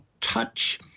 touch